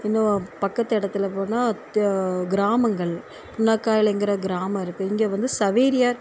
இன்னும் பக்கத்து இடத்துல போனால் கிராமங்கள் புன்னக்காயல்ங்கிற கிராமம் இருக்கு இங்கே வந்து சவேரியார்